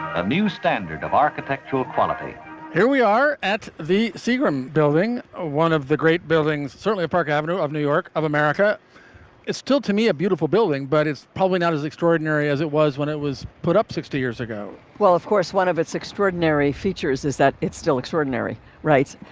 a new standard of architectural quality we are at the seagram building. ah one of the great buildings, certainly park avenue of new york of america is still to me a beautiful building, but it's probably not as extraordinary as it was when it was put up sixty years ago well, of course, one of its extraordinary features is that it's still extraordinary rights,